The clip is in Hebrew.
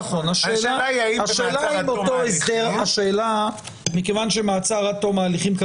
השאלה היא האם במעצר עד תום ההליכים.